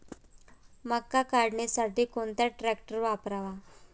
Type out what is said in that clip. मका काढणीसाठी कोणता ट्रॅक्टर वापरावा?